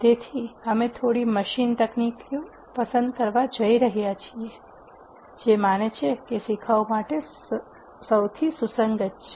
તેથી અમે થોડી મશીન તકનીકો પસંદ કરવા જઈ રહ્યા છીએ જે માને છે કે શિખાઉ માટે સૌથી સુસંગત છે